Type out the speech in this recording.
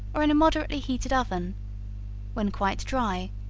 or in a moderately heated oven when quite dry,